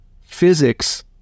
Physics